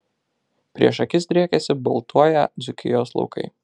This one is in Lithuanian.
prieš akis driekėsi baltuoją dzūkijos laukai